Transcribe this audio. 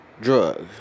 drugs